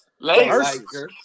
Lakers